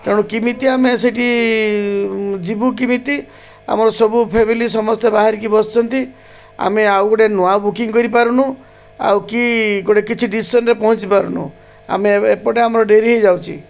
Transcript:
ତେଣୁ କେମିତି ଆମେ ସେଇଠି ଯିବୁ କେମିତି ଆମର ସବୁ ଫ୍ୟାମିଲି ସମସ୍ତେ ବାହାରିକି ବସିଛନ୍ତି ଆମେ ଆଉ ଗୋଟେ ନୂଆ ବୁକିଂ କରିପାରୁନୁ ଆଉ କି ଗୋଟେ କିଛି ଡିସିନ୍ରେ ପହଞ୍ଚି ପାରୁନୁ ଆମେ ଏପଟେ ଆମର ଡେରି ହେଇଯାଉଛି